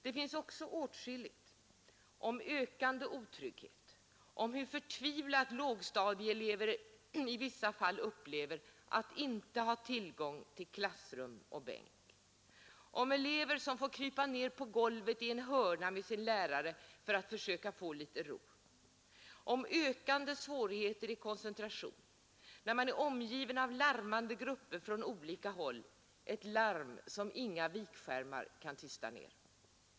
Det finns också åtskilligt om ökande otrygghet, om hur förtvivlat lågstadieelever i vissa fall upplever att inte ha tillgång till klassrum och bänk, om elever som får krypa ner på golvet i sin hörna med sin lärare för att försöka få litet ro, om ökande svårigheter i koncentration, när man är omgiven av larmande grupper från olika håll, ett larm som inga vikskärmar kan tysta ner.